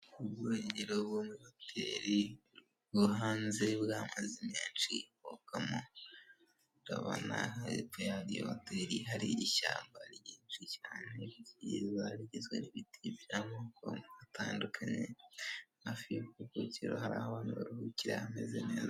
Ubwuhagiriro bwo muri hoteli, bwo hanze bw'amazi menshi bogamo. Turabona hepfo ya hoteli hari ishyamba ryiza rigizwe n'ibiti by'amoko agiye atandukanye. Hafi y'ubwuhagiriro hari ahantu baruhukira hameze neza.